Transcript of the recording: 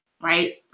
right